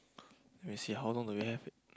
let me see how long do we have